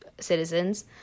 citizens